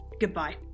goodbye